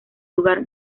lugar